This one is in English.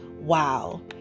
wow